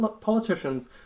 politicians